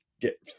get